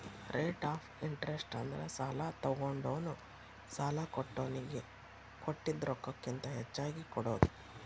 rate of interest ಅಂದ್ರ ಸಾಲಾ ತೊಗೊಂಡೋನು ಸಾಲಾ ಕೊಟ್ಟೋನಿಗಿ ಕೊಟ್ಟಿದ್ ರೊಕ್ಕಕ್ಕಿಂತ ಹೆಚ್ಚಿಗಿ ಕೊಡೋದ್